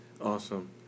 Awesome